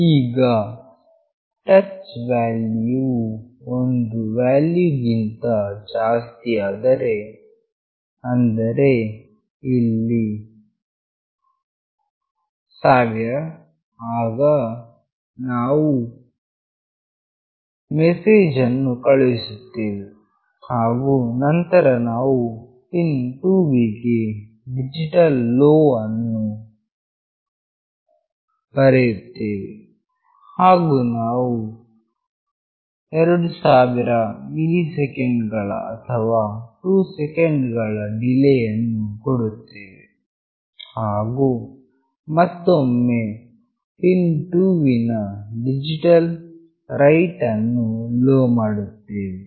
ಈಗ touch value ವು ಒಂದು ವ್ಯಾಲ್ಯೂ ಗಿಂತ ಜಾಸ್ತಿ ಆದರೆ ಅಂದರೆ ಇಲ್ಲಿ 1000 ಆಗ ನಾವು ಮೆಸೇಜ್ ಅನ್ನು ಕಳುಹಿಸುತ್ತೇವೆ ಹಾಗು ನಂತರ ನಾವು ಪಿನ್ 2 ವಿಗೆ ಡಿಜಿಟಲ್ ಲೋ ಅನ್ನು ಬರೆಯುತ್ತೇವೆ ಹಾಗು ನಾವು 2000 ಮಿಲಿ ಸೆಕೆಂಡ್ ಗಳ ಅಥವಾ 2 ಸೆಕೆಂಡ್ ಗಳ ಡಿಲೇ ಯನ್ನು ಕೊಡುತ್ತೇವೆ ಹಾಗು ಮತ್ತೊಮ್ಮೆ ಪಿನ್ 2 ವಿನ ಡಿಜಿಟಲ್ ರೈಟ್ ಅನ್ನು ಲೋ ಮಾಡುತ್ತೇವೆ